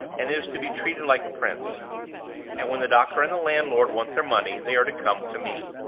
and is to be treated like a prince and when the doctor and the landlord want their money they are to come to me.